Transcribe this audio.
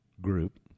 group